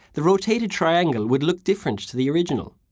the rotated triangle would look different to the original.